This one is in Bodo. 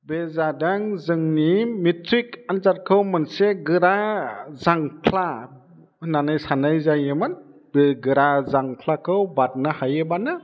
बे जादों जोंनि मेट्रिक आन्जादखौ मोनसे गोरा जांख्ला होन्नानै सान्नाय जायोमोन बे गोरा जांख्लाखौ बादनो हायोबानो